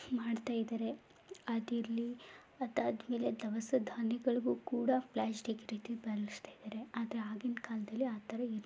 ಮಾಡ್ತಾಯಿದ್ದಾರೆ ಅದಿರಲಿ ಅದಾದ್ಮೇಲೆ ದವಸ ಧಾನ್ಯಗಳಿಗೂ ಕೂಡ ಪ್ಲ್ಯಾಸ್ಟಿಕ್ ರೀತಿ ಬಳಸ್ತಾಯಿದ್ದಾರೆ ಆದರೆ ಆಗಿನ ಕಾಲದಲ್ಲಿ ಆ ಥರ ಇರಲಿಲ್ಲ